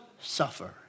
suffer